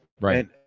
right